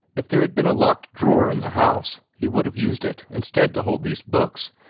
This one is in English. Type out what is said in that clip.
if there had been a locked drawer in the house, he would have used it instead to hold these books,